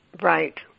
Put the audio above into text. Right